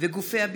(10 בפברואר 2020)